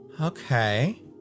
Okay